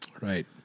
Right